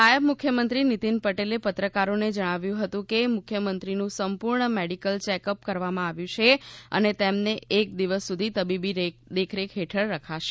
નાયબ મુખ્યમંત્રી નીતિન પટેલે પત્રકારોને જણાવ્યું હતું કે મુખ્યમંત્રીનું સંપૂર્ણ મેડિકલ ચેક અપ કરવામાં આવ્યું છે અને તેમને એક દિવસ સુધી તબીબી દેખરેખ હેઠળ રખાશે